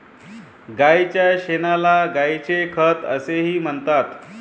गायीच्या शेणाला गायीचे खत असेही म्हणतात